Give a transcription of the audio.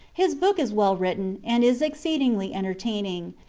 his book is well written and is exceedingly entertaining,